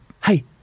hey